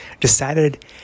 Decided